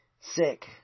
sick